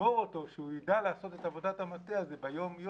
לשמור אותו כך שיידע לעשות את עבודת המטה הזאת ביום-יום,